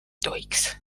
tohiks